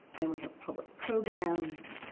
and we have public programs,